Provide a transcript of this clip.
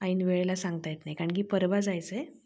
ऐन वेळेला सांगता येत नाही कारण की परवा जायचंय